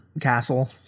Castle